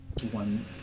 one